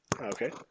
Okay